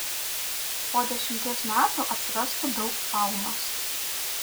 po dešimties metų atsirastų daug faunos